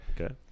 Okay